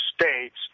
States –